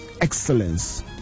excellence